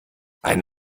ein